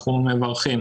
אנחנו מברכים.